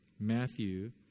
Matthew